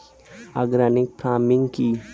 Organic farming কি?